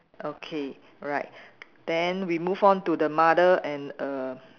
okay alright then we move on to the mother and err